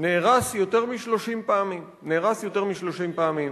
נהרס יותר מ-30 פעמים, נהרס יותר מ-30 פעמים.